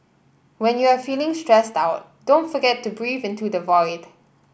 when you are feeling stressed out don't forget to breathe into the void